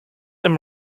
and